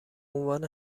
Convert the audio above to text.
عنوان